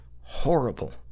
horrible